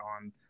on